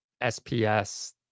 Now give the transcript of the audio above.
SPS